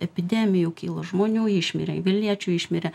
epidemijų kilo žmonių išmirė vilniečių išmirė